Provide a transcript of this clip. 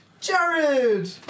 Jared